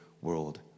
world